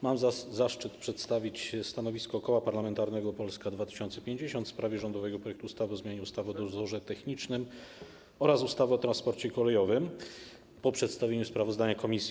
Mam zaszczyt przedstawić stanowisko Koła Parlamentarnego Polska 2050 w sprawie rządowego projektu ustawy o zmianie ustawy o dozorze technicznym oraz ustawy o transporcie kolejowym po przedstawieniu sprawozdania komisji.